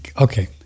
Okay